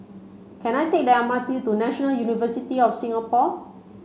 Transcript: can I take the M R T to National University of Singapore